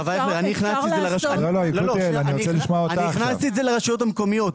הרב אייכלר, אני הכנסתי את זה לרשויות המקומיות.